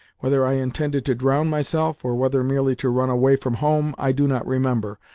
whether i intended to drown myself, or whether merely to run away from home, i do not remember.